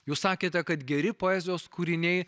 jūs sakėte kad geri poezijos kūriniai